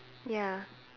ya